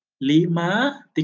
Lima